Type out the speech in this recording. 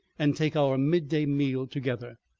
and take our midday meal together.